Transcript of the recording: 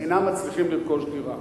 אינם מצליחים לרכוש דירה.